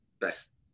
best